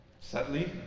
Sadly